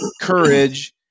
courage